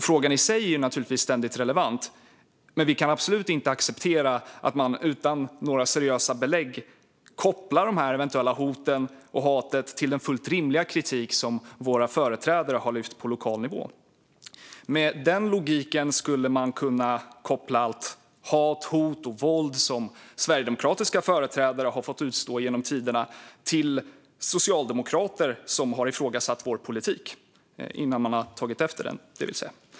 Frågan i sig är ständigt relevant, men vi kan absolut inte acceptera att man utan några seriösa belägg kopplar de eventuella hoten och det eventuella hatet till den fullt rimliga kritik som våra företrädare har lyft upp på lokal nivå. Med den logiken skulle man kunna koppla allt hat, allt våld och alla hot som sverigedemokratiska företrädare har fått utstå genom tiderna till socialdemokrater som har ifrågasatt vår politik - innan man har tagit efter den, det vill säga.